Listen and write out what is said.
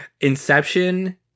Inception